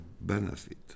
benefit